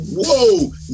whoa